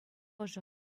ӑшӑ